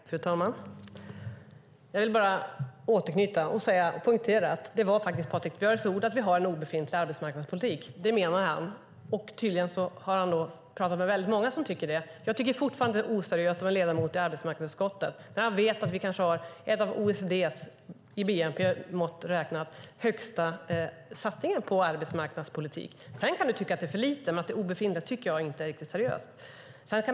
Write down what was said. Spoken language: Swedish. Fru talman! Jag vill bara återknyta och poängtera att det faktiskt var Patrik Björcks ord att vi har en obefintlig arbetsmarknadspolitik. Det menar han, och tydligen har han talat med väldigt många som tycker det. Jag tycker fortfarande att det är oseriöst att vara ledamot i arbetsmarknadsutskottet när han vet att vi i bnp-mått räknat kanske har en av OECD:s högsta satsningar på arbetsmarknadspolitik. Sedan kan det tyckas vara för lite, men att det är obefintligt tycker jag inte är riktigt seriöst.